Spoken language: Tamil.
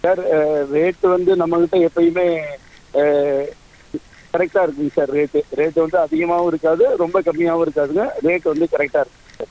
சார் ரேட்டு வந்து நம்ம கிட்டே எப்பயுமே கரெக்டாக இருக்குங்க சார் ரேட்டு ரேட்டு வந்து அதிகமாகவும் இருக்காது ரொம்ப கம்மியாகவும் இருக்காதுங்க ரேட்டு வந்து கரெக்டாக இருக்கும் சார்